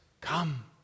come